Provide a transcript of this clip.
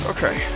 Okay